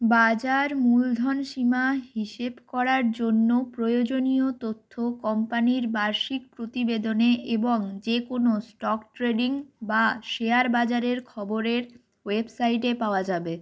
বাজার মূলধন সীমা হিসেব করার জন্য প্রয়োজনীয় তথ্য কোম্পানির বার্ষিক প্রতিবেদনে এবং যেকোনও স্টক ট্রেডিং বা শেয়ার বাজারের খবরের ওয়েবসাইটে পাওয়া যাবে